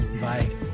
Bye